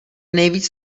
nejvíc